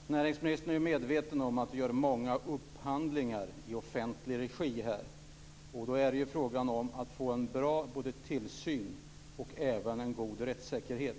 Fru talman! Näringsministern är ju medveten om att det görs många upphandlingar i offentlig regi. Då gäller det att få en bra tillsyn och en god rättssäkerhet.